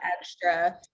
extra